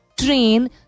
train